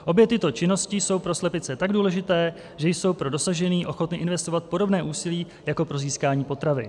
Obě tyto činnosti jsou pro slepice tak důležité, že jsou pro dosažení ochotny investovat podobné úsilí jako pro získání potravy.